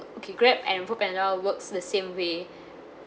okay grab and foodpanda works the same way